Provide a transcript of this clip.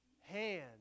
hand